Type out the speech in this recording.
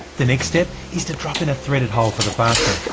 the next step is to drop in a threaded hole for the fastener,